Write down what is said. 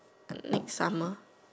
the next summer